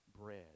bread